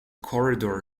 corridor